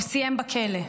הוא סיים בכלא,